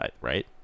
right